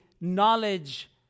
knowledge